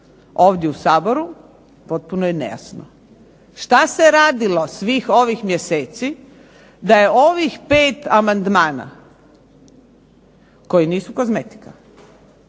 ovdje u Saboru potpuno je nejasno. Što se radilo svih ovih mjeseci da je ovih 5 amandmana koji nisu kozmetika,